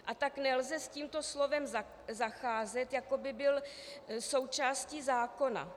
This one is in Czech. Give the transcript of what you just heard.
A tak nelze s tímto slovem zacházet, jako by bylo součástí zákona.